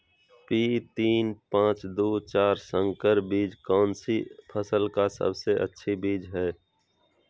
P तीन पांच दू चार संकर बीज कौन सी फसल का सबसे अच्छी बीज है?